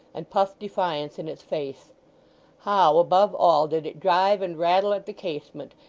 and puffed defiance in its face how, above all, did it drive and rattle at the casement,